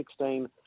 2016